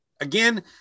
again